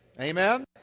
Amen